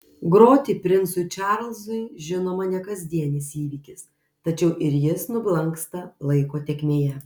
groti princui čarlzui žinoma ne kasdienis įvykis tačiau ir jis nublanksta laiko tėkmėje